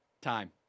Time